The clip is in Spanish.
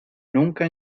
nunca